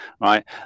Right